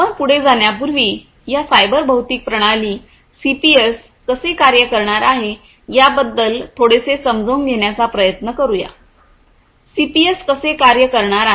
आपण पुढे जाण्यापूर्वी या सायबर भौतिक प्रणाली सीपीएस कसे कार्य करणार आहे याबद्दल थोडेसे समजून घेण्याचा प्रयत्न करूया सीपीएस कसे कार्य करणार आहे